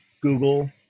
Google